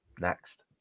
next